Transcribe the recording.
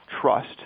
trust